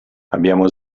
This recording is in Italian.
abbiamo